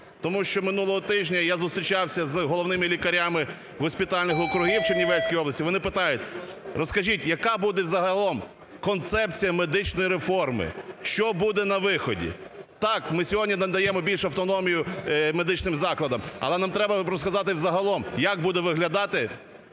Тому що минулого тижня я зустрічався з головними лікарями госпітальних округів Чернівецької області, вони питають: розкажіть, яка буде загалом концепція медичної реформи, що буде на виході. Так, ми сьогодні надаємо більш автономії медичним закладам, але нам треба розказати загалом, як буде виглядати